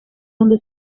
donde